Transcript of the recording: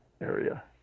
area